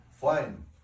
Fine